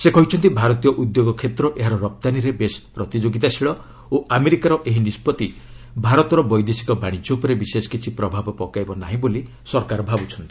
ସେ କହିଛନ୍ତି ଭାରତୀୟ ଉଦ୍ୟୋଗ କ୍ଷେତ୍ର ଏହାର ରପ୍ତାନୀରେ ବେଶ୍ ପ୍ରତିଯୋଗିତାଶୀଳ ଓ ଆମେରିକାର ଏହି ନିଷ୍କଭି ଭାରତର ବୈଦେଶିକ ବାଶିଜ୍ୟ ଉପରେ ବିଶେଷ କିଛି ପ୍ରଭାବ ପକାଇବା ନାହିଁ ବୋଲି ସରକାର ଭାବ୍ରଚ୍ଚନ୍ତି